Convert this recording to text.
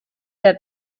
der